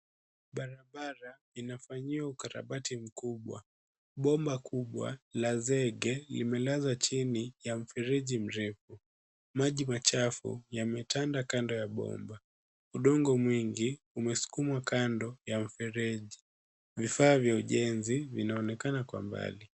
Barabara inafanyiwa ukarabati mkubwa. Bomba kubwa la zege limelazwa chini ya mfereji mrefu. Maji machafu yametanda kando ya bomba. Udongo mwingi umesukumwa kando ya mfereji. Vifaa vya ujenzi vinaonekana kwa mbali.